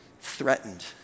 threatened